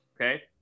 Okay